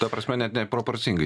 ta prasme net neproporcingai